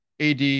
AD